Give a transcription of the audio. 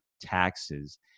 taxes